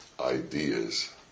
ideas